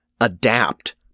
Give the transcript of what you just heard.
adapt